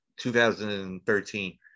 2013